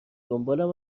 دنبالم